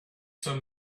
some